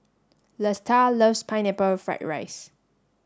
Lesta loves pineapple fried rice